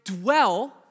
dwell